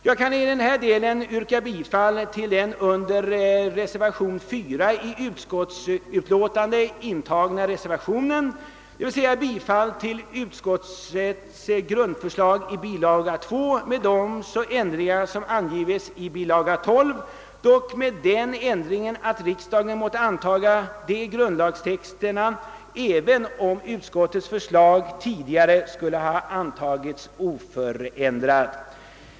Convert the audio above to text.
Jag kan i denna del yrka bifall till den vid utskottsbetänkandet fogade reservationen 4, d. v. s. bifall till utskottets grundlagsförslag i bilaga 2 med de ändringar som angives i bilaga 12, dock även med den ändringen att riksdagen måtte antaga de grundlagstexterna även om utskottets förslag tidigare skulle ha antagits oförändrat.